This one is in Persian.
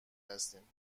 هستیم